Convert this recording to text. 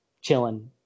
chilling